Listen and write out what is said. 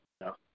no